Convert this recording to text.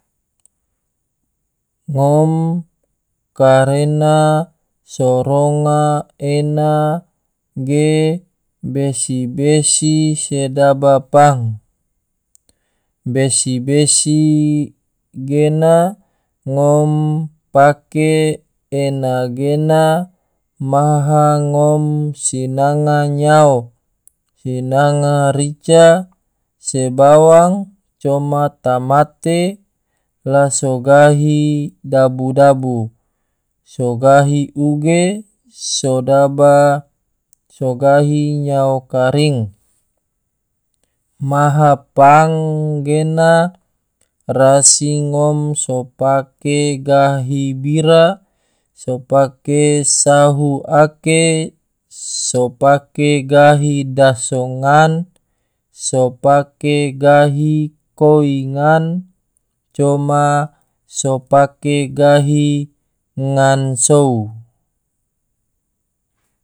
Ngom karena so ronga ena ge besi-besi sedaba pang, besi-besi gena ngom pake enagena maha ngom sinanga nyao, sinanga rica, se bawang, coma tomate la so gahi dabu-dabu, so gahi uge sedaba so gahi nyao karing. maha pang gena rasi ngom so pake gahi bira so pake sahu ake, so pake gahi daso ngan, so pake gahi koi ngan, coma so pake gahi ngan sou.